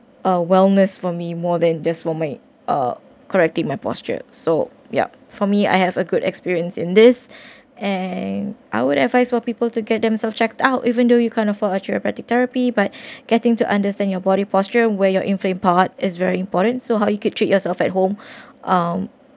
uh wellness for me more than just for my uh correcting my posture so yup for me I have a good experience in this and I would advise for people to get themselves check out even though you can't afford a chiropratic therapy but getting to understand your body posture where your inflamed part is very important so how could you treat yourself at home um